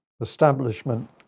establishment